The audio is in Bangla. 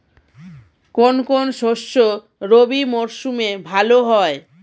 কোন কোন শস্য রবি মরশুমে ভালো হয়?